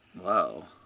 Wow